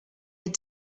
had